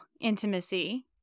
intimacy